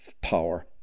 power